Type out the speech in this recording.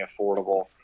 affordable